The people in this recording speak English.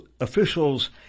Officials